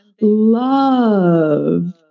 love